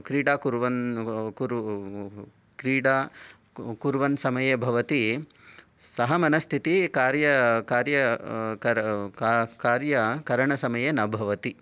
क्रीडा कुर्वन् क्रीडा कुर्वन् समये भवति सः मनस्थितिः कार्य कार्य कर का कार्यकरणसमये न भवति